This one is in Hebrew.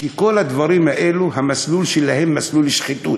כי כל הדברים האלה, המסלול שלהם מסלול שחיתות.